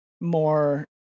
more